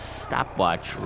stopwatch